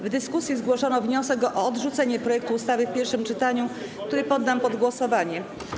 W dyskusji zgłoszono wniosek o odrzucenie projektu ustawy w pierwszym czytaniu, który poddam pod głosowanie.